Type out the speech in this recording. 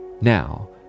Now